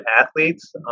athletes